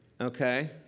Okay